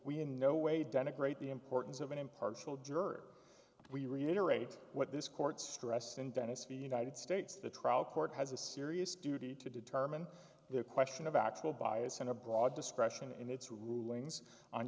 we in no way denigrate the importance of an impartial juror we reiterate what this court stressed in tennessee united states the trial court has a serious duty to determine the question of actual bias and a broad discretion in its rulings on